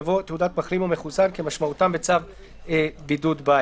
יבוא: ""תעודת מחלים או מחוסן" כמשמעותם בצו בידוד בית".